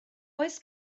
oes